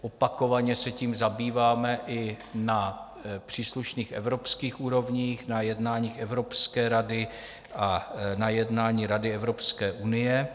Opakovaně se tím zabýváme i na příslušných evropských úrovních, na jednáních Evropské rady a na jednáních Rady Evropské unie.